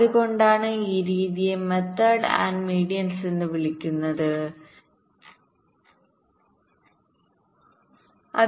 അതുകൊണ്ടാണ് ഈ രീതിയെ മെത്തേഡ് ആൻഡ് മീഡിയൻസ് എന്ന് വിളിക്കുന്നത് ശരിയാണ്